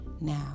Now